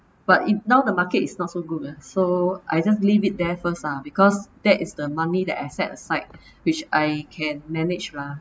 but it now the market is not so good mah so I just leave it there first lah because that is the money that I set aside which I can manage lah